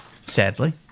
Sadly